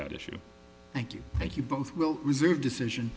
that issue thank you thank you both will reserve decision